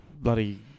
bloody